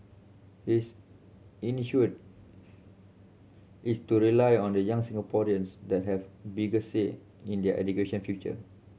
his is to rely on the young Singaporeans that have bigger say in their education future